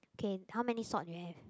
k how many salt you have